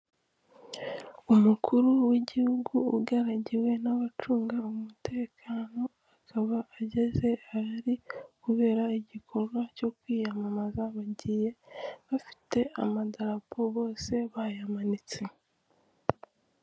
Umukuru w'igihugu ugaragiwe n'abacunga umutekano, akaba ageze ahari kubera igikorwa cyo kwiyamamaza, bagiye bafite amadarapo bose bayamanitse.